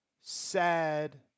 sad